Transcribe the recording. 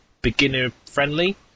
beginner-friendly